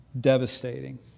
Devastating